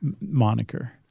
moniker